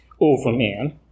Overman